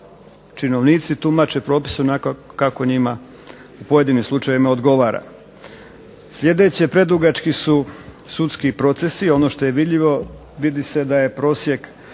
činovnici tumače propise onako kako njima u pojedinim slučajevima odgovara. Sljedeće, predugački su sudski procesi. Ono što je vidljivo, vidi se da je prosjek